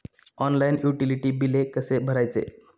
Online utility बिले कसे भरायचे?